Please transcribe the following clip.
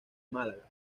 málaga